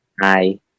hi